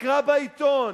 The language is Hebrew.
נקרא בעיתון